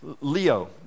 Leo